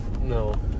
No